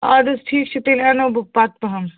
اَدٕ حَظ ٹھیٖک چھُ تیٚلہِ اَنہو بہٕ پتہٕ پہم